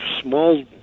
small